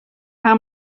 how